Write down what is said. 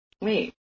Wait